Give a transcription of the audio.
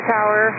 Tower